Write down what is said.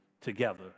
together